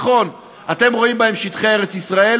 וקוראים לצד הזה של הבית אנטי-ציוני.